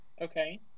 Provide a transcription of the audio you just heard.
okay